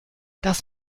das